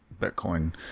Bitcoin